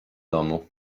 domu